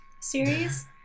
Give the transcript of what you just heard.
series